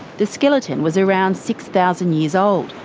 the skeleton was around six thousand years old,